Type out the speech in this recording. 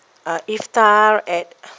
uh iftar at